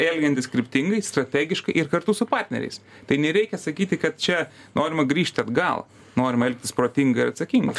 elgiantis kryptingai strategiškai ir kartu su partneriais tai nereikia sakyti kad čia norima grįžti atgal norima elgtis protingai ir atsakingai